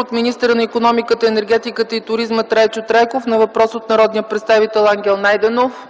от министъра на икономиката, енергетиката и туризма Трайчо Трайков на въпрос от народния представител Ангел Найденов;